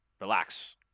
relax